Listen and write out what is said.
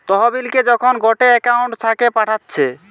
তহবিলকে যখন গটে একউন্ট থাকে পাঠাচ্ছে